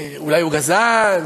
אולי הוא גזען,